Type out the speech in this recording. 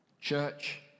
Church